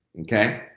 Okay